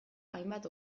hainbat